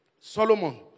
Solomon